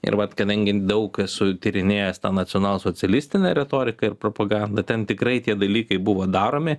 ir vat kadangi daug esu tyrinėjęs tą nacionalsocialistinę retoriką ir propagandą ten tikrai tie dalykai buvo daromi